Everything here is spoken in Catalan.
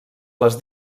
les